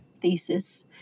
thesis